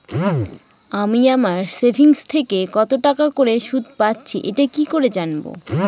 আমি আমার সেভিংস থেকে কতটাকা করে সুদ পাচ্ছি এটা কি করে জানব?